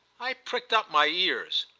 i pricked up my ears.